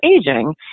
aging